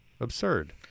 absurd